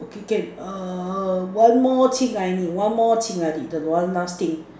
okay can err one more thing I need one more thing I need the one last thing